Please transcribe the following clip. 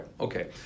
okay